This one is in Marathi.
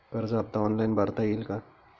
कर्ज हफ्ता ऑनलाईन भरता येईल का?